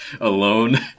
alone